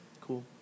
cool